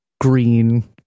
green